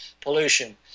pollution